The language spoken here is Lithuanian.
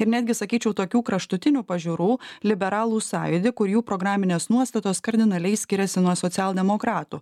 ir netgi sakyčiau tokių kraštutinių pažiūrų liberalų sąjūdį kur jų programinės nuostatos kardinaliai skiriasi nuo socialdemokratų